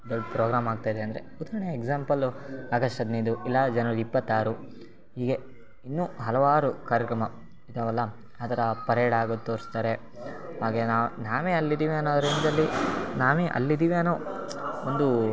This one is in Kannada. ದೊಡ್ಡ ಪ್ರೋಗ್ರಾಮ್ ಆಗ್ತಾಯಿದೆ ಅಂದರೆ ಉದಾಹರ್ಣೆ ಎಕ್ಸಾಂಪಲು ಆಗಸ್ಟ್ ಹದಿನೈದು ಇಲ್ಲ ಜನ್ವರಿ ಇಪ್ಪತ್ತಾರು ಹೀಗೆ ಇನ್ನೂ ಹಲವಾರು ಕಾರ್ಯಕ್ರಮ ಇದ್ದಾವಲ್ಲ ಅದರ ಪರೇಡ್ ಆಗೋದ್ ತೋರಿಸ್ತಾರೆ ಹಾಗೇ ನಾವು ನಾವೇ ಅಲ್ಲಿ ಇದ್ದೀವಿ ಅನ್ನೋ ರೇಂಜಲ್ಲಿ ನಾವೇ ಅಲ್ಲಿದ್ದೀವಿ ಅನ್ನೋ ಒಂದು